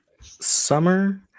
summer